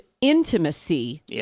intimacy